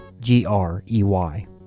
G-R-E-Y